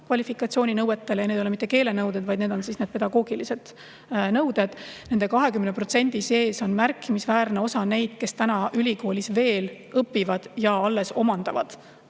kvalifikatsiooninõuetele ja need ei ole mitte keelenõuded, vaid need on pedagoogilised nõuded. Nende 20% sees on märkimisväärne osa neid, kes õpivad ülikoolis ja alles omandavad